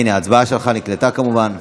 ההצבעה של חבר הכנסת איזנקוט נקלטה, כמובן.